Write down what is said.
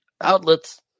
outlets